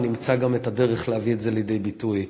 נמצא גם את הדרך להביא את זה לידי ביטוי.